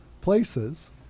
places